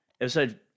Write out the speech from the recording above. Episode